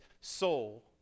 soul